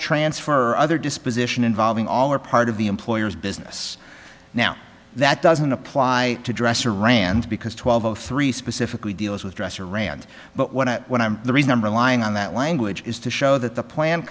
transfer other disposition involving all or part of the employer's business now that doesn't apply to dresser rand because twelve o three specifically deals with dresser rand but what i when i'm the reason i'm relying on that language is to show that the plan